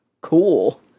Cool